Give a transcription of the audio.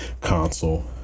console